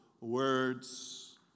words